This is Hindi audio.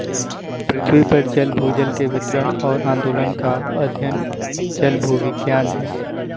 पृथ्वी पर जल भूजल के वितरण और आंदोलन का अध्ययन जलभूविज्ञान है